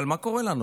מה קורה לנו?